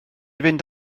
fynd